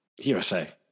USA